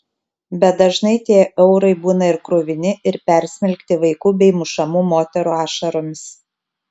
bet dažnai tie eurai būna ir kruvini ir persmelkti vaikų bei mušamų moterų ašaromis